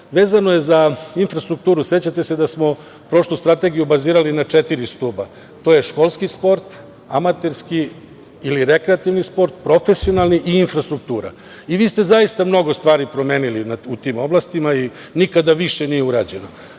vezano je za infrastrukturu. Sećate se da smo prošlu strategiju bazirali na četiri stuba, to je školski sport, amaterski ili rekreativni sport, profesionalni i infrastruktura. Vi ste zaista mnogo stvari promenili u tim oblastima i nikada više nije urađeno.